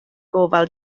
gofal